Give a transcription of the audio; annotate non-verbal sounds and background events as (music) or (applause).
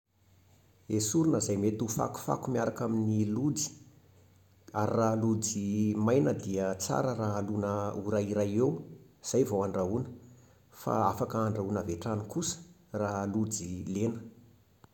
Esorina izay mety ho fakofako miaraka amin'ny lojy. Ary raha lojy (hesitation) maina dia tsara raha (hesitation) alona ora iray eo, izay vao andrahoina. Fa afaka andrahoina avy hatrany kosa raha lojy lena